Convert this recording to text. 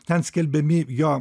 ten skelbiami jo